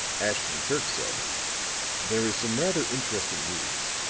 ashton-kirk said there is some rather interesting news.